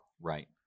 right